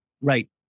Right